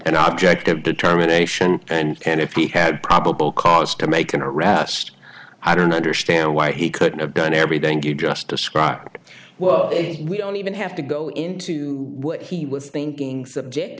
an object of determination and then if he had probable cause to make an arrest i don't understand why he couldn't have done everything you just described we don't even have to go into what he was thinking subject